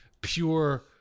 pure